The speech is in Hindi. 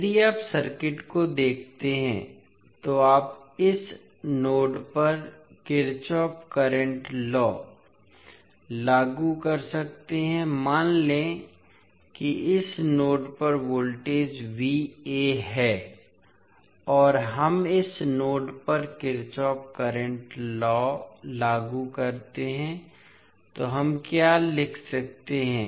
यदि आप सर्किट को देखते हैं तो आप इस नोड पर किरचॉफ करंट लॉ लागू कर सकते हैं मान लें कि इस नोड पर वोल्टेज है और हम इस नोड पर किरचॉफ करंट लॉ लागू करते हैं तो हम क्या लिख सकते हैं